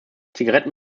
zigaretten